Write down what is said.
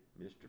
Mr